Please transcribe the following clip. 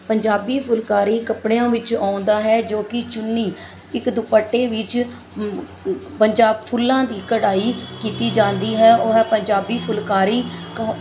ਪੰਜਾਬੀ ਫੁੱਲਕਾਰੀ ਕੱਪੜਿਆਂ ਵਿੱਚ ਆਉਂਦਾ ਹੈ ਜੋ ਕਿ ਚੁੰਨੀ ਇੱਕ ਦੁਪੱਟੇ ਵਿੱਚ ਪੰਜਾਬ ਫੁੱਲਾਂ ਦੀ ਕਢਾਈ ਕੀਤੀ ਜਾਂਦੀ ਹੈ ਉਹ ਹੈ ਪੰਜਾਬੀ ਫੁੱਲਕਾਰੀ ਕ